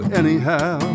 anyhow